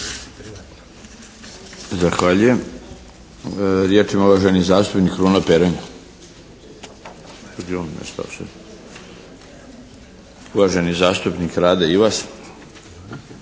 Zahvaljujem. Riječ ima uvaženi zastupnik Kruno Peronja. Uvaženi zastupnik Rade Ivas.